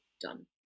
done